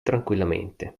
tranquillamente